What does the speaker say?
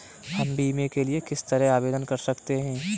हम बीमे के लिए किस तरह आवेदन कर सकते हैं?